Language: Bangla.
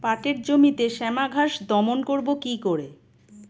পাটের জমিতে শ্যামা ঘাস দমন করবো কি করে?